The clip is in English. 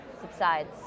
subsides